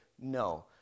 no